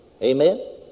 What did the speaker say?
amen